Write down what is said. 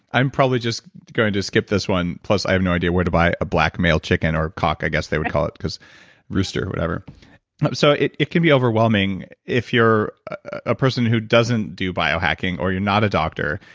i'm probably just going to skip this one. plus, i have no idea where to buy a black male chicken or a cock, i guess they would call it because rooster or whatever so it it can be overwhelming if you're a person who doesn't do biohacking or you're not a doctor,